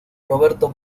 roberto